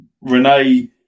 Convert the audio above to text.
Renee